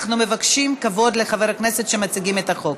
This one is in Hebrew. אנחנו מבקשים כבוד לחברי הכנסת שמציגים את החוק.